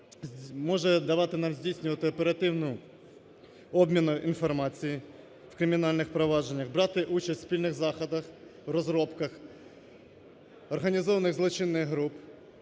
може давати нам здійснювати оперативно обмін інформацією в кримінальних провадженнях, брати участь в спільних заходах розробках організованих злочинних груп